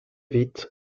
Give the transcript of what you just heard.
vite